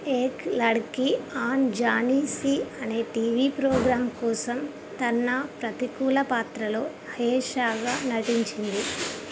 ఏక్ లడ్కీ అన్జానీ సీ అనే TV programme కోసం తన్నా ప్రతికూల పాత్రలో అయేషాగా నటించింది